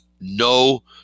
no